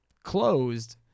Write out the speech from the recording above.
closed